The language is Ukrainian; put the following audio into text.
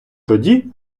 тоді